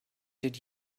did